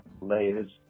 layers